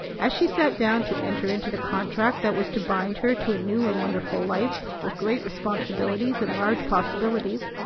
as she sat down to enter into the contract that was to bind her to a new and wonderful life with great responsibilities and large possibilities,